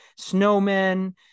snowmen